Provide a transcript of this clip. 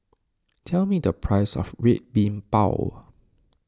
tell me the price of Red Bean Bao